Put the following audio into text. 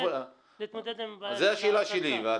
זו השאלה שלי.